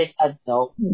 adult